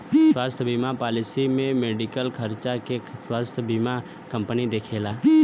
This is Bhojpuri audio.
स्वास्थ्य बीमा पॉलिसी में मेडिकल खर्चा के स्वास्थ्य बीमा कंपनी देखला